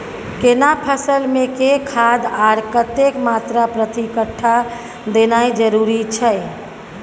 केना फसल मे के खाद आर कतेक मात्रा प्रति कट्ठा देनाय जरूरी छै?